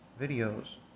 videos